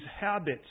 habits